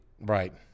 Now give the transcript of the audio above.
right